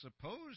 suppose